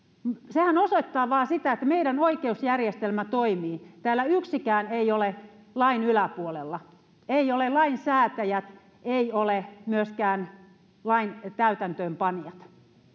sehän osoittaa vain sitä että meidän oikeusjärjestelmä toimii täällä yksikään ei ole lain yläpuolella eivät ole lainsäätäjät eivät ole myöskään lain täytäntöönpanijat